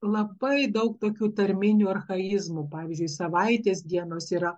labai daug tokių tarminių archaizmų pavyzdžiui savaitės dienos yra